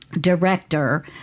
director